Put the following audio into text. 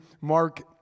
Mark